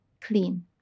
clean